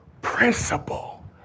principle